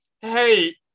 hey